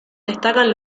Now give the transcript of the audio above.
destacan